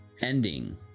Ending